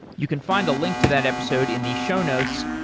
you can find a link to that episode in the show notes,